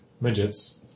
Midgets